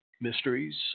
mysteries